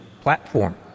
platform